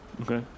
Okay